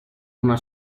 una